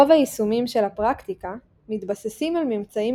רוב היישומים של הפרקטיקה מתבססים על ממצאים